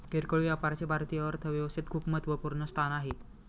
किरकोळ व्यापाराचे भारतीय अर्थव्यवस्थेत खूप महत्वपूर्ण स्थान आहे